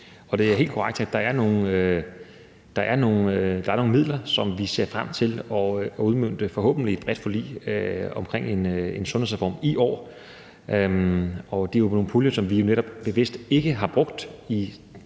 Det er helt korrekt, at der er nogle midler, som vi ser frem til at udmønte i et forhåbentlig bredt forlig om en sundhedsreform i år. Det er nogle puljer, som vi netop bevidst ikke har brugt i